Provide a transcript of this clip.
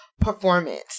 performance